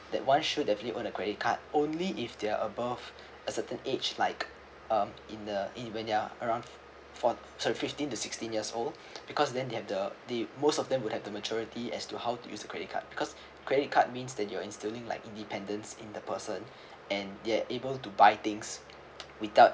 that one should definitely on a credit card only if they're above a certain age like um in the in when they are around for uh fifteen to sixteen years old because then they have the they most of them would have the majority as to how to use the credit card because credit card means that you are instilling like independence in the person and they're able to buy things without